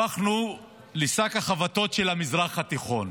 הפכנו לשק החבטות של המזרח התיכון.